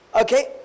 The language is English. Okay